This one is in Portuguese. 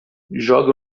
jogue